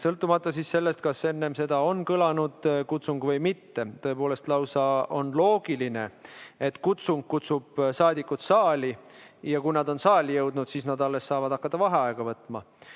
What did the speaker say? sõltumata sellest, kas enne seda on kõlanud kutsung või mitte. Tõepoolest, lausa on loogiline, et kutsung kutsub saadikud saali ja kui nad on saali jõudnud, siis nad alles saavad hakata vaheaega võtma.